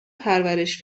پرورش